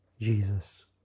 Jesus